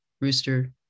rooster